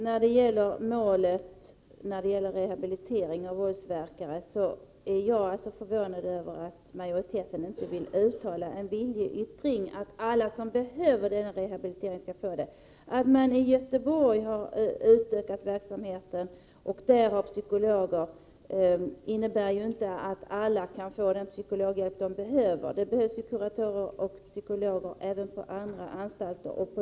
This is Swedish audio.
När det gäller målet rehabilitering av våldsverkare är jag förvånad över att majoriteten inte vill uttala en viljeyttring att alla som behöver sådan rehabilitering skall få det. Att man i Göteborg har utvidgat verksamheten och har psykologer innebär ju inte att alla kan få den psykologhjälp de behöver. Det behövs psykologer och kuratorer även på andra anstalter.